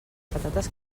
patates